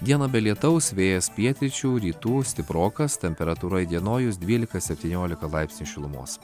dieną be lietaus vėjas pietryčių rytų stiprokas temperatūra įdienojus dvylika septyniolika laipsnių šilumos